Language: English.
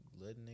letting